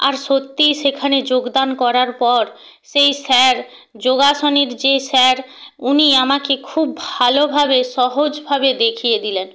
আর সত্যিই সেখানে যোগদান করার পর সেই স্যার যোগাসনের যে স্যার উনি আমাকে খুব ভালোভাবে সহজভাবে দেখিয়ে দিলেন